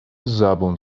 زبون